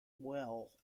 well